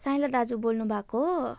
साइँला दाजु बोल्नु भएको हो